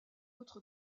autre